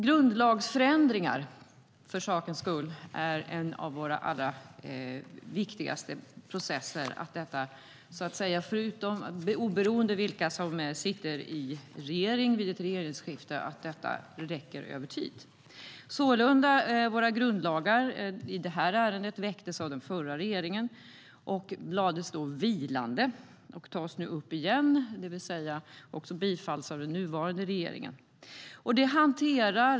Grundlagsförändringar - det säger jag för sakens skull - är en av våra allra viktigaste processer. Det är viktigt, oberoende av vilka som sitter i regeringen vid ett regeringsskifte, att detta räcker över tid. Förslaget om våra grundlagar i det här ärendet väcktes av den förra regeringen och lades då vilande. Det tas nu upp igen och bifalls också av den nuvarande regeringen.